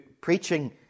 preaching